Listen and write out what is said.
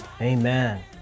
Amen